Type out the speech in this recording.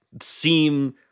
seem